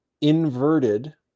inverted